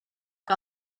que